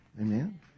Amen